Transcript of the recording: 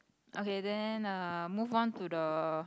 okay then uh move on to the